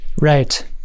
right